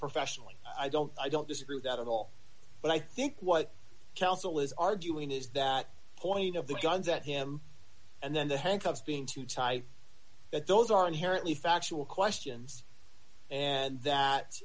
professionally i don't i don't disagree with that at all but i think what counsel is arguing is that point of the guns at him and then the handcuffs being too tight that those are inherently factual questions and that